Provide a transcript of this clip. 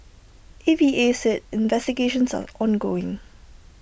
A V A said investigations are ongoing